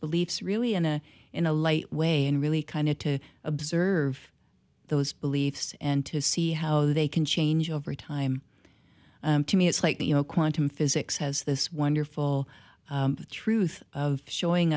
beliefs really in a in a light way and really kind of to observe those beliefs and to see how they can change over time to me it's like you know quantum physics has this wonderful truth of showing